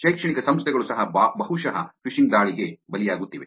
ಶೈಕ್ಷಣಿಕ ಸಂಸ್ಥೆಗಳು ಸಹ ಬಹುಶಃ ಫಿಶಿಂಗ್ ದಾಳಿಗೆ ಬಲಿಯಾಗುತ್ತಿವೆ